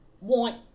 want